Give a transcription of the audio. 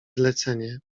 zlecenie